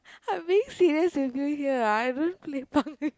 I'm being serious with you here ah you don't play punk with